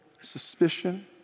suspicion